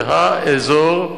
זה האזור,